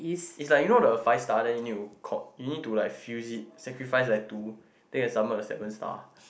it's like you know the five star then you need to caught you need to like fuse it sacrifice like two then you can summon the seven star